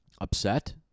Upset